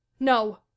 no